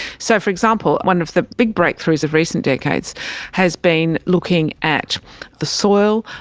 so, for example, one of the big breakthroughs of recent decades has been looking at the soil,